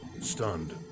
stunned